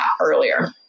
earlier